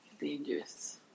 dangerous